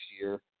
year